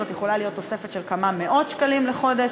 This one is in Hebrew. זו יכולה להיות תוספת של כמה מאות שקלים בחודש,